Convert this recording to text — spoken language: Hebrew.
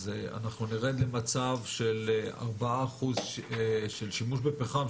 אז אנחנו נרד למצב של 4% של שימוש פחם,